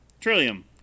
Trillium